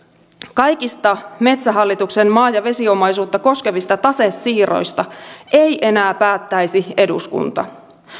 kaikista metsähallituksen maa ja vesiomaisuutta koskevista tasesiirroista ei enää päättäisi eduskunta